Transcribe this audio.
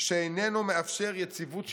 שאיננו מאפשר יציבות שלטונית.